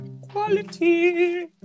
quality